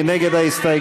מי נגד ההסתייגות?